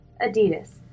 Adidas